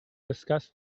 discuss